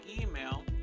email